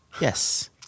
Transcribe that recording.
Yes